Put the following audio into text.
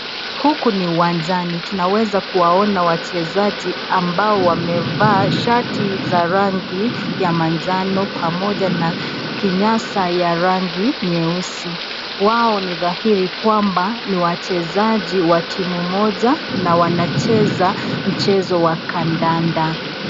Huku ni uwanjani, tunaweza kuwaona wachezaji ambao wamevaa shati za rangi ya manjano pamoja na kinyasa ya rangi nyeusi ,wao ni dhahili kwamba ni wachezaji wa timu moja na wanacheza mchezo wa kandanda.